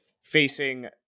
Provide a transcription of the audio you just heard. facing